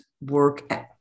work